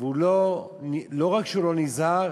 ולא רק שהוא לא נזהר,